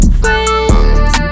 friends